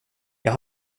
jag